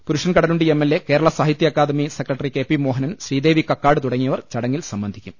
പുരുഷൻ Kadalundi M L A Kerala സാഹിത്യഅക്കാദമി secretary K P Mohanan Sreedevi Kakkad തുടങ്ങിയവർ ചടങ്ങിൽ സംബന്ധിക്കും